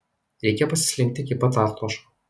reikia pasislinkti iki pat atlošo